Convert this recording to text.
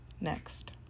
Next